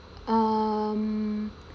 um